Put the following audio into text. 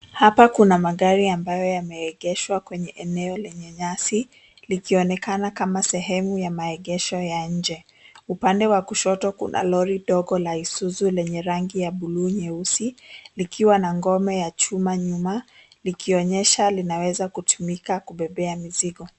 Hapa kuna magari ambayo yemeegeshwa kwenye eneo lenye nyasi, likionekana kama sehemu ya maegesho ya nje. Upande wa kushoto kuna lori ndogo la Isuzu lenye rangi ya blue nyeusi, likiwa na ngome ya chuma nyuma, likionyesha linaweza kutumika kubebea mizigo.